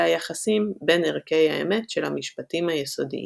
היחסים בין ערכי האמת של המשפטים היסודיים.